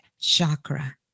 chakra